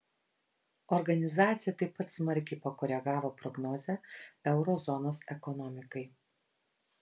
organizacija taip pat smarkiai pakoregavo prognozę euro zonos ekonomikai